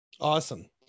Awesome